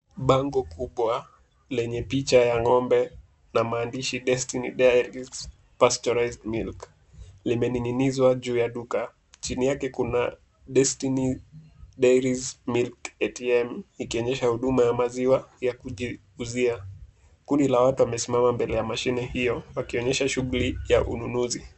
Bango kubwa lenye picha ya ng'ombe na maandishi Destiny Dairies Pasturized Milk limening'inizwa juu ya duka. Chini yake kuna Destiny Dairies Milk ATM ikionyesha huduma ya maziwa ya kujiuzia. Kundi la watu wamesimama mbele ya mashine hiyo wakionyesha shughuli ya ununuzi.